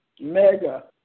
mega